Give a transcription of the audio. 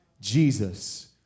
Jesus